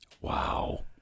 Wow